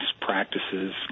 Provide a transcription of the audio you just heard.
practices